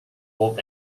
old